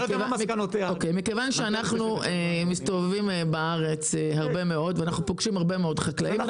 מכיוון שאנחנו מסתובבים בארץ הרבה מאוד ופוגשים חקלאים,